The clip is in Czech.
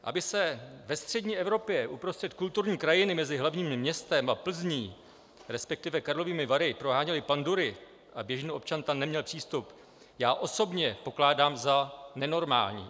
Aby se ve střední Evropě uprostřed kulturní krajiny mezi hlavním městem a Plzní, resp. Karlovými Vary, proháněly pandury a běžný občan tam neměl přístup, já osobně pokládám za nenormální.